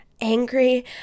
angry